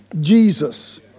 Jesus